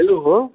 hello